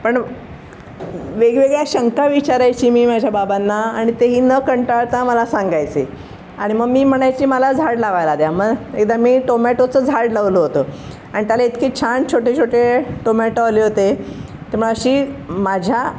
पण वेगवेगळ्या शंका विचारायचे मी माझ्या बाबांना आणि तेही न कंटाळता मला सांगायचे आणि मग मी म्हणायचे मला झाड लावायला द्या मग एकदा मी टोमॅटोचं झाड लावलं होतं आणि त्याला इतके छान छोटे छोटे टोमॅटो आले होते तर मग अशी माझ्या